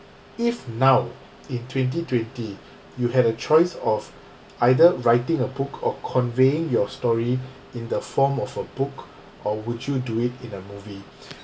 if now in twenty twenty you had a choice of either writing a book or conveying your story in the form of a book or would you do it in a movie